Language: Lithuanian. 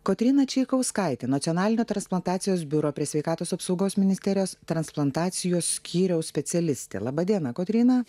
kotryna čaikauskaitė nacionalinio transplantacijos biuro prie sveikatos apsaugos ministerijos transplantacijos skyriaus specialistė laba diena kotryna